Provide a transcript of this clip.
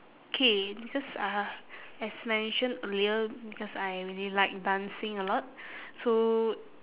okay because uh as mentioned earlier because I really like dancing a lot so